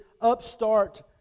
upstart